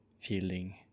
feeling